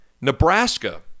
Nebraska